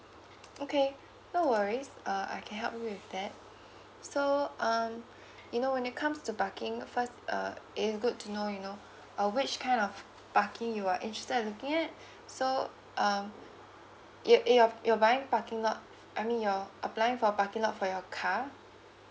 okay no worries uh I can help you with that so um you know when it comes to parking first uh it is good to know you know uh which kind of parking you are interested in looking at so um you you're you're buying parking lot I mean you're applying for a parking lot for your car